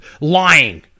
lying